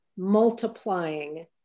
multiplying